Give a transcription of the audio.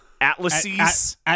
Atlases